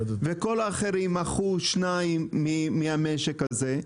וכל האחרים מכרו שניים מהמשק הזה,